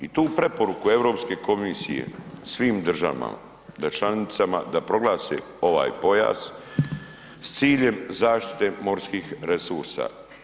I tu preporuku Europske komisije svim državama da članicama, da proglase ovaj pojas s ciljem zaštite morskih resursa.